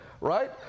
right